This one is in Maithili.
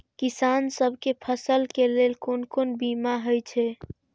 किसान सब के फसल के लेल कोन कोन बीमा हे छे?